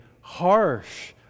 harsh